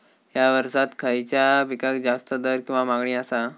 हया वर्सात खइच्या पिकाक जास्त दर किंवा मागणी आसा?